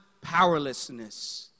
powerlessness